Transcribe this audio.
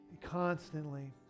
constantly